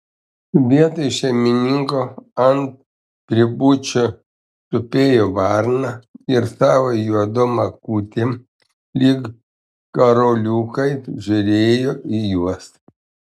vietoj šeimininko ant priebučio tupėjo varna ir savo juodom akutėm lyg karoliukais žiūrėjo į juos